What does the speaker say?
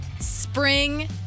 spring